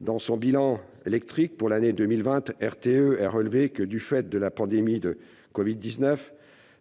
Dans son bilan électrique pour l'année 2020, RTE a relevé que, « du fait de la pandémie de covid-19,